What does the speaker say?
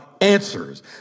answers